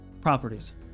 properties